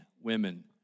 women